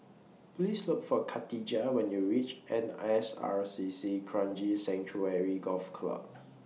Please Look For Kadijah when YOU REACH N S R C C Kranji Sanctuary Golf Club